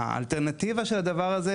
האלטרנטיבה של הדבר הזה,